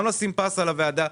גם לשים פס על הוועדה.